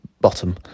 bottom